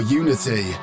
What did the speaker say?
unity